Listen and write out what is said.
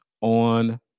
on